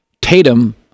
Tatum